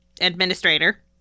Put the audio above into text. Administrator